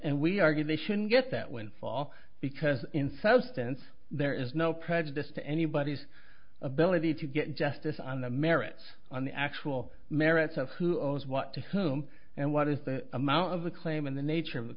and we argue they shouldn't get that when fall because in substance there is no prejudice to anybody's ability to get justice on the merits on the actual merits of who owes what to whom and what is the amount of the claim and the nature of the